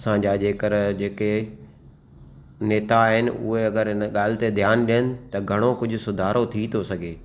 असां जा जेकर जेके नेता आहिनि उहे अगर हिन ॻाल्हि ते ध्यान ॾियनि त घणो कुझु सुधारो थी तो सघे